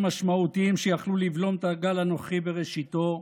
משמעותיים שיכלו לבלום את הגל הנוכחי בראשיתו,